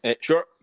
Sure